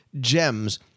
gems